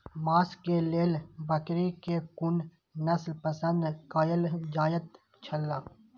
मांस के लेल बकरी के कुन नस्ल पसंद कायल जायत छला?